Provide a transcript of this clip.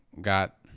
got